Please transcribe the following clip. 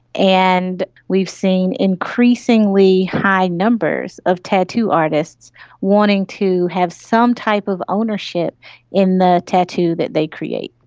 and we've seen increasingly high numbers of tattoo artists wanting to have some type of ownership in the tattoo that they create.